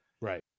Right